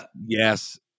yes